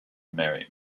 marry